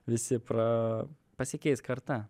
visi pra pasikeis karta